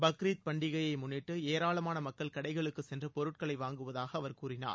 பக்ரீத் பண்டிகையை முன்னிட்டு ஏராளமான மக்கள் கடைகளுக்கு சென்று பொருட்களை வாங்குவதாக அவர் கூறினார்